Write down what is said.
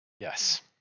Yes